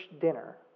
dinner